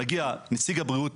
ומגיעים נציג הבריאות,